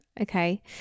Okay